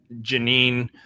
Janine